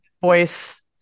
voice